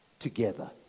Together